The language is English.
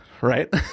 right